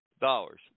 dollars